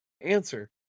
answer